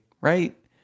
right